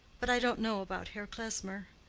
but i don't know about herr klesmer.